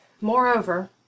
Moreover